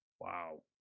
wow